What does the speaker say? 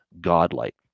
godlike